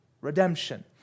redemption